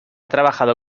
trabajado